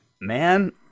man